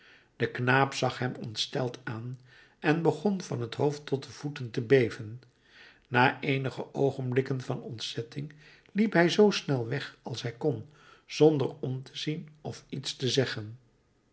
de knaap zag hem ontsteld aan en begon van het hoofd tot de voeten te beven na eenige oogenblikken van ontzetting liep hij zoo snel weg als hij kon zonder om te zien of iets te zeggen